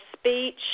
speech